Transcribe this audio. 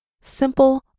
simple